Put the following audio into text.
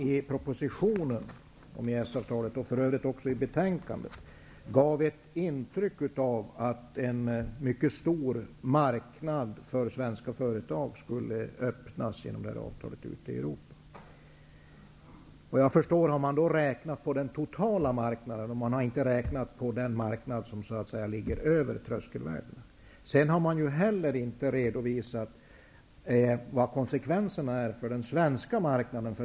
I propositionen om EES-avtalet, och för övrigt även i betänkandet, gavs det ett intryck av att en mycket stor marknad för svenska företag skulle öppnas ute i Europa. Jag förstår att man har räknat på den totala marknaden och inte på den marknad som ligger över tröskelvärdena. Man har inte heller redovisat vad konsekvenserna är för den svenska marknaden.